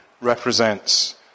represents